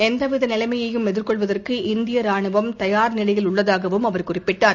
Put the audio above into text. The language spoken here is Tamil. எந்தவித நிலைமையையும் எதிர்கொள்வதற்கு இந்திய ராணுவம் தயார் நிலையில் உள்ளதாகவும் அவர் குறிப்பிட்டார்